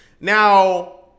Now